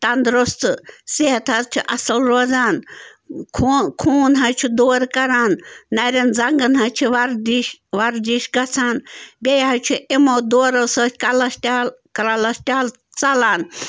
تَنٛدرُست صحت حظ چھِ اصٕل روزان خو خوٗن حظ چھُ دورٕ کران نَرٮ۪ن زَنٛگَن حظ چھِ وردِش ورزش گژھان بیٚیہِ حظ چھِ یِمَو دورَو سۭتۍ کَلسٹرال کَلسٹرال ژلان